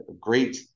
great